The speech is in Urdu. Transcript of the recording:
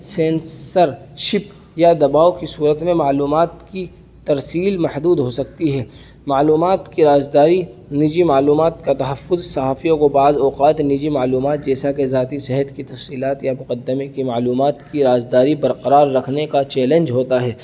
سینسرشپ یا دباؤ کی صورت میں معلومات کی ترسیل محدود ہو سکتی ہے معلومات کی رازداری نجی معلومات کا تحفظ صحافیوں کو بعض اوقات نجی معلومات جیسا کہ ذاتی صحت کی تفصیلات یا مقدمے کی معلومات کی رازاداری برقرار رکھنے کا چیلنج ہوتا ہے